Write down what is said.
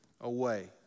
away